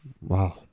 wow